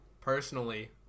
personally